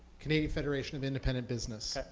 canadian federation of independent business.